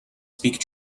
speak